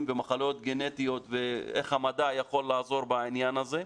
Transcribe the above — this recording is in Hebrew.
ומחלות גנטיות ואיך המדע יכול לעזור בעניין הזה.